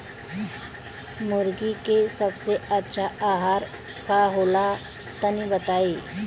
मुर्गी के सबसे अच्छा आहार का होला तनी बताई?